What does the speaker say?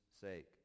sake